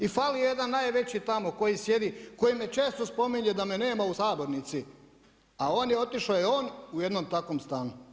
I fali jedan najveći tamo koji sjedi, koji me često spominje da me nema u sabornici, a otišao je on u jednom takvom stanu.